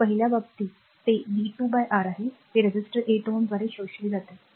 तर पहिल्या बाबतीत ते v2 बाय R आहे ते रेसिस्टर 8 Ω द्वारे शोषले जाते